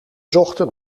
zochten